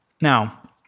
Now